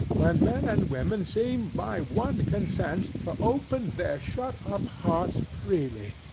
when men and women seem by one consent to open their shut-up hearts freely,